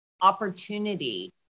opportunity